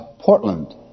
Portland